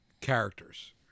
characters